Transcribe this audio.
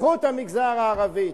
קחו את המגזר הערבי,